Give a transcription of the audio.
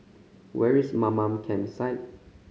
where is Mamam Campsite